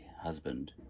husband